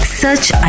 search